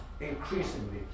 increasingly